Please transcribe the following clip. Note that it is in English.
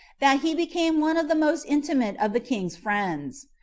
that he became one of the most intimate of the king's friends.